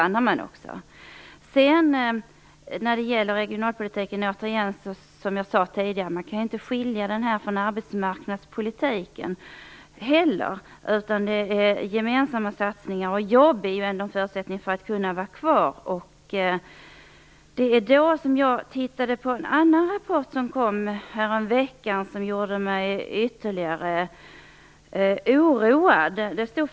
När det återigen gäller regionalpolitiken, kan man inte heller, som jag sade tidigare, skilja den från arbetsmarknadspolitiken, utan det handlar om gemensamma satsningar. Jobb är ju en förutsättning för att man skall kunna stanna kvar. Jag har också tittat på en annan rapport, som kom häromveckan och som gjorde mig ytterligare oroad.